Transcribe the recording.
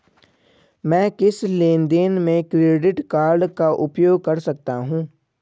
मैं किस लेनदेन में क्रेडिट कार्ड का उपयोग कर सकता हूं?